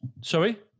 Sorry